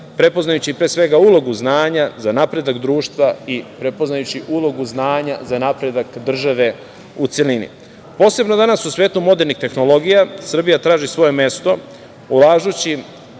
prepoznajući pre svega ulogu znanja za napredak društva i prepoznajući ulogu znanja za napredak države u celini. Posebno danas u svetu modernih tehnologija, Srbija traži svoje mesto ulažući